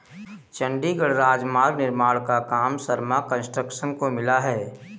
चंडीगढ़ राजमार्ग निर्माण का काम शर्मा कंस्ट्रक्शंस को मिला है